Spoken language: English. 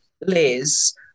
Liz